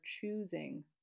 choosing